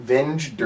Venge